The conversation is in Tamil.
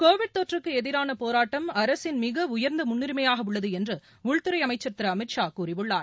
கோவிட் தொற்றுக்கு எதிரான போராட்டம் அரசின் மிக உயர்ந்த முன்னுரிமையாக உள்ளது என்று உள்துறை அமைச்சர் திரு அமித்ஷா கூறியுள்ளார்